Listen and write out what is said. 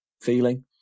feeling